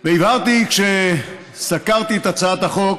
והבהרתי כשסקרתי את הצעת החוק